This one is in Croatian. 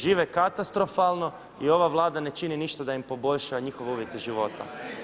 Žive katastrofalno i ova Vlada ne čini ništa da im poboljša njihove uvjete života.